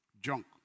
Junk